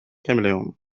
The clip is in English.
chameleon